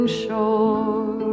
shore